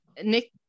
Nick